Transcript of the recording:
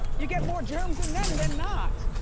you get more germs in them than not.